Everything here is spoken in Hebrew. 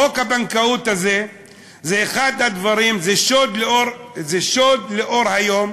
חוק הבנקאות הזה זה שוד לאור היום,